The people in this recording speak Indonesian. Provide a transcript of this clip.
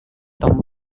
tom